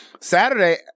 Saturday